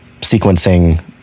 sequencing